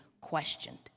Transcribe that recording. questioned